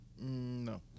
No